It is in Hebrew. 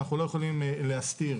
אנחנו לא יכולים להסתיר.